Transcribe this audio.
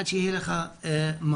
עד שיהיה לך מקום.